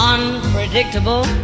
Unpredictable